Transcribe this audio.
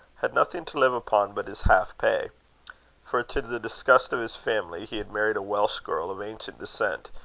had nothing to live upon but his half-pay for, to the disgust of his family, he had married a welsh girl of ancient descent,